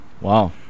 Wow